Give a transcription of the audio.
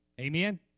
Amen